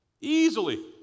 easily